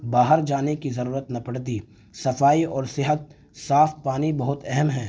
باہر جانے کی ضرورت نہ پڑتی صفائی اور صحت صاف پانی بہت اہم ہے